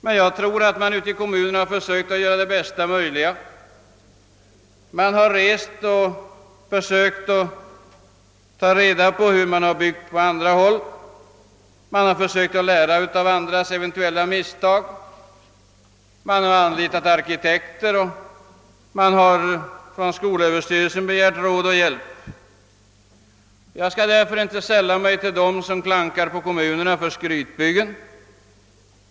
Jag tror emellertid att man ute i kommunerna försökt göra det bästa möjliga. Man har rest omkring för att ta reda på hur det byggs på andra håll, och man har försökt lära av andras eventuella misstag. Man har anlitet arkitekter, och man har från skolöverstyrelsen begärt råd och hjälp. Jag kan därför inte sälla mig till dem som klankar på kommunerna för skrytbyggen.